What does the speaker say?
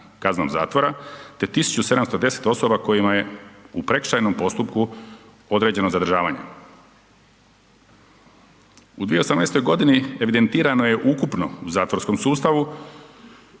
kaznom zatvora te 1710 osoba kojima je u prekršajno postupku određeno zadržavanje. U 2018. evidentirano je ukupno u zatvorskom sustavu